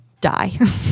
die